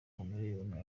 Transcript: chameleone